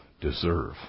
deserve